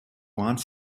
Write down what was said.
wants